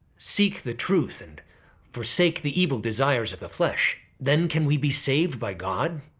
seek the truth, and forsake the evil desires of the flesh, then can we be saved by god?